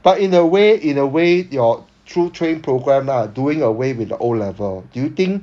but in a way in a way your through train programme lah doing away with the O level do you think